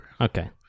Okay